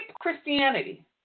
Christianity